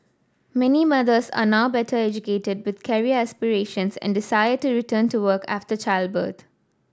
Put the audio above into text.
many mothers are now better educated with career aspirations and to return to work after childbirth